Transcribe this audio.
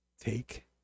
Take